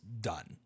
done